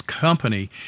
company